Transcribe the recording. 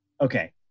Okay